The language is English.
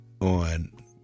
on